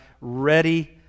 ready